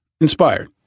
inspired